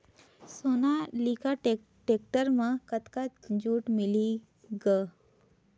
Sonalika tractor म कतका छूट मिलही ग?